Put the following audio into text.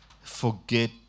forget